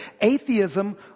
atheism